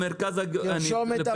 אדוני, תן לנו תשובות.